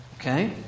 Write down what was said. okay